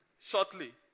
Shortly